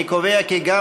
אני קובע כי גם